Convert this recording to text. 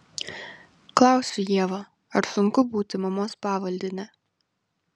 klausiu ievą ar sunku būti mamos pavaldine